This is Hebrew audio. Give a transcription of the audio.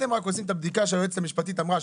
אתם רק עושים את הבדיקה שהיועצת המשפטית אמרה,